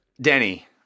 denny